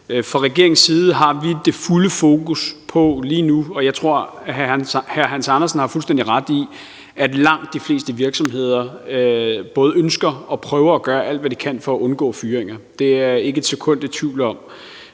at Venstre har det synspunkt, og jeg tror, at hr. Hans Andersen har fuldstændig ret i, at langt de fleste virksomheder både ønsker at undgå fyringer og prøver at gøre alt, hvad de kan, for at undgå fyringer. Det er jeg ikke et sekund i tvivl om.